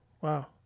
Wow